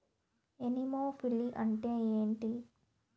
Anemophily అంటే ఏంటి?